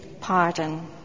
pardon